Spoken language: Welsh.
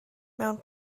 mewn